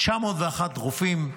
901 רופאים,